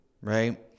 right